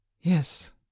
Yes